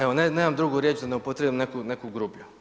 Evo nemam drugu riječ da ne upotrijebim neku grublju.